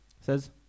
says